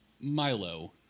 Milo